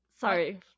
Sorry